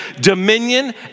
dominion